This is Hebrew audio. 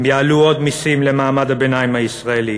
הם יעלו עוד מסים למעמד הביניים הישראלי,